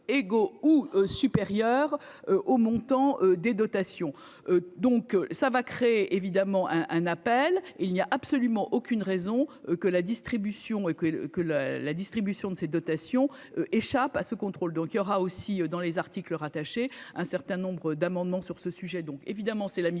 égaux ou supérieurs au montant des dotations, donc ça va créer évidemment un un appel : il n'y a absolument aucune raison que la distribution et que le que le la distribution de cette dotation échappent à ce contrôle, donc il y aura aussi dans les articles rattachés un certain nombre d'amendements sur ce sujet, donc évidemment c'est la mission